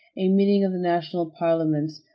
a meeting of the national parliament,